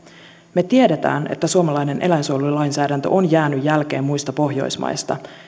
me tiedämme että suomalainen eläinsuojelulainsäädäntö on jäänyt jälkeen muista pohjoismaista